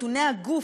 נתוני הגוף,